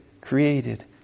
created